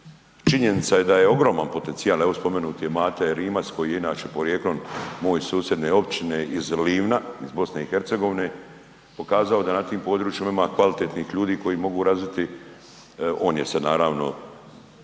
Činjenica je da je ogroman potencijal, evo spomenut je Mate Rimac koji je inače porijeklom moj susjedne općine iz Livna iz BiH pokazao da na tim područjima ima kvalitetnih ljudi koji mogu razviti, on je se naravno